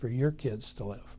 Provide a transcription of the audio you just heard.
for your kids to live